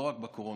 לא רק בקורונה,